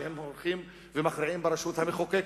שהולכים ומכריעים ברשות המחוקקת,